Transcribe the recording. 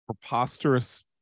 preposterous